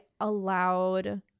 allowed